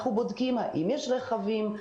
אנחנו בודקים אם יש רכבים.